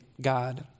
God